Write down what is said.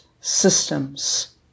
systems